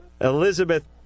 Elizabeth